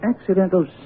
accidental